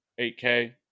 8K